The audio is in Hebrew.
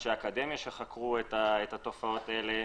אנשי אקדמיה שחקרו את התופעות האלה,